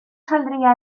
saldría